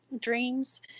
dreams